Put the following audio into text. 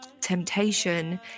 temptation